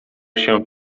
się